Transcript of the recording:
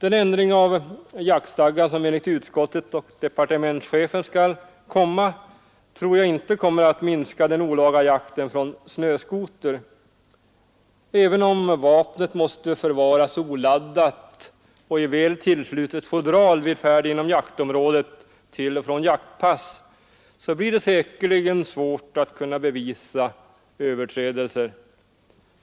Den ändring av jaktstadgan som enligt utskottet och departementschefen skall komma tror jag inte kommer att minska den olaga jakten från snöskoter. Även om vapnet måste förvaras oladdat och i väl tillslutet fodral vid färd inom jaktområdet till och från jaktpass, blir det säkerligen svårt att bevisa överträdelser.